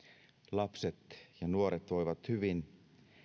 lapset ja nuoret voivat hyvin